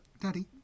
Daddy